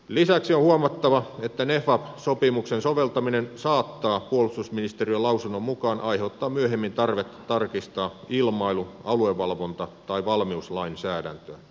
lisäksi on huomattava että nefab sopimuksen soveltaminen saattaa puolustusministeriön lausunnon mukaan aiheuttaa myöhemmin tarvetta tarkistaa ilmailu aluevalvonta tai valmiuslainsäädäntöä